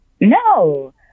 No